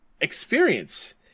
experience